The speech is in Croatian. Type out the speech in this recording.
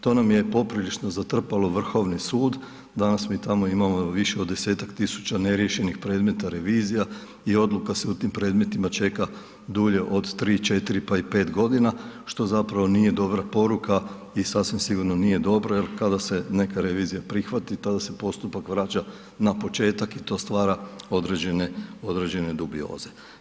To nam je poprilično zatrpalo Vrhovni sud, danas mi tamo imamo više od 10.000-tak neriješenih predmeta revizija i odluka se u tim predmetima čeka dulje od 3, 4 pa i 5 godina, što zapravo nije dobra poruka i sasvim sigurno nije dobro jer kada se neka revizija prihvati tada se postupak vraća na početak i to stvara određene dubioze.